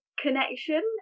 connection